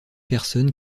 personne